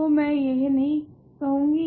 तो मैं यह नहीं कौंगी